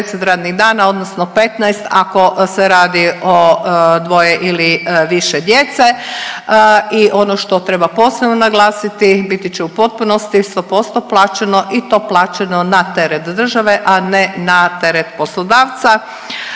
10 radnih dana, odnosno 15 ako se radi o dvoje ili više djece i ono što treba posebno naglasiti, biti će u potpunosti 100% plaćeno i to plaćeno na teret države, a ne na teret poslodavca